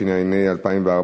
התשע"ה 2014,